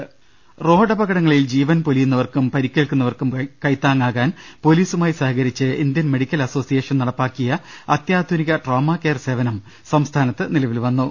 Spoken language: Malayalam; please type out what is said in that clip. ദർശ്ശേര റോഡപകടങ്ങളിൽ ജീവൻ പൊലിയുന്നവർക്കും പരിക്കേൽക്കുന്ന വർക്കും കൈത്താങ്ങാകാൻ പൊലീസുമായി സഹകരിച്ച് ഇന്ത്യൻ മെഡി ക്കൽ അസോസിയേഷൻ നടപ്പാക്കിയ അത്യാധുനിക ട്രോമ കെയർ സേവനം സംസ്ഥാനത്ത് നിലവിൽ വന്നു